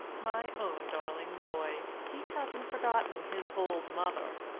my own darling boy he hasn't forgotten his old mother!